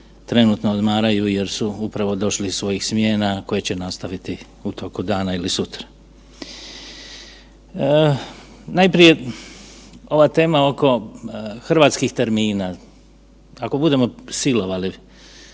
trenutno odmaraju jer su upravo došli iz svojih smjena koje će nastaviti u toku dana ili sutra. Najprije ova tema oko hrvatskih termina, ako budemo silovali